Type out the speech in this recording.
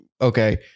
okay